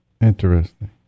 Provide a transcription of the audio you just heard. Interesting